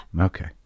okay